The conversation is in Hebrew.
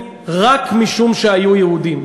רק משום שהיו יהודים.